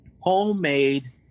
homemade